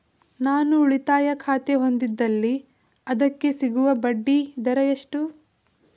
ನಾನು ಉಳಿತಾಯ ಖಾತೆ ಹೊಂದಿದ್ದಲ್ಲಿ ಅದಕ್ಕೆ ಸಿಗುವ ಬಡ್ಡಿ ದರ ಎಷ್ಟು?